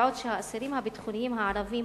בעוד שהאסירים הביטחוניים הערבים